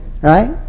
right